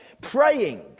praying